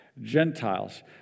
Gentiles